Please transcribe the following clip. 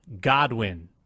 Godwin